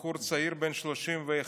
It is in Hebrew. בחור צעיר בן 31,